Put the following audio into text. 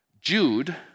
Jude